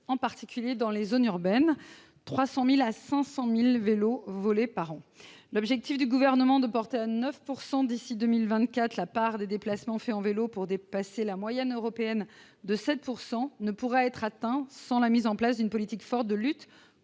en particulier dans les zones urbaines : de 300 000 à 500 000 vélos sont volés chaque année. L'objectif du Gouvernement de porter à 9 % d'ici à 2024 la part des déplacements faits en vélo pour dépasser la moyenne européenne de 7 % ne pourra pas être atteint sans la mise en place d'une politique forte de lutte